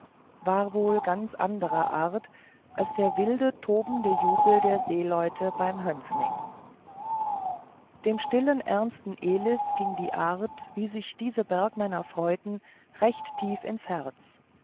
war wohl ganz anderer art als der wilde tobende jubel der seeleute beim hönsning dem stillen ernsten elis ging die art wie sich diese bergmänner freuten recht tief ins herz